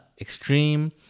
extreme